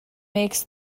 makes